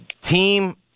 team